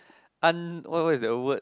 un~ what what is that word